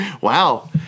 Wow